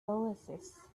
oasis